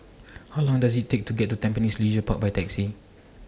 How Long Does IT Take to get to Tampines Leisure Park By Taxi